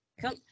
Come